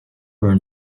were